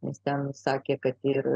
nes ten sakė kad ir